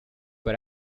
but